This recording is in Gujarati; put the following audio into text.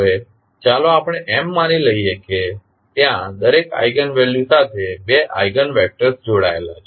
હવે ચાલો આપણે એમ માની લઈએ કે ત્યાં દરેક આઇગન વેલ્યુ સાથે બે આઇગન વેક્ટર્સ જોડાયેલા છે